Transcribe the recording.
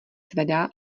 zvedá